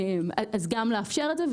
אם כן, גם לאפשר את זה.